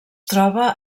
troba